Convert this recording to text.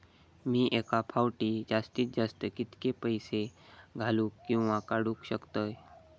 मी एका फाउटी जास्तीत जास्त कितके पैसे घालूक किवा काडूक शकतय?